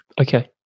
Okay